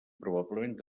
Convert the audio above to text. probablement